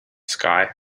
sky